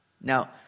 Now